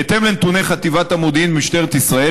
בהתאם לנתוני חטיבת המודיעין במשטרת ישראל,